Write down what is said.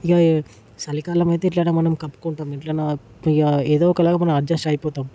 ఇక చలికాలం అయితే ఎట్లనో మనం కప్పుకుంటాం ఎట్లన్నా పొయ్యా ఏదో ఒకలాగా మనం అడ్జస్ట్ అయిపోతాం